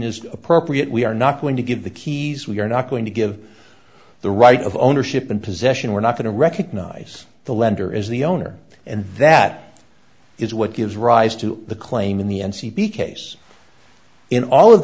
is appropriate we are not going to give the keys we're not going to give the right of ownership and possession we're not going to recognize the lender as the owner and that is what gives rise to the claim in the n c p case in all of